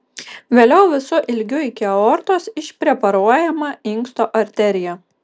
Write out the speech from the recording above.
vėliau visu ilgiu iki aortos išpreparuojama inksto arterija